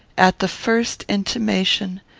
at the first intimation,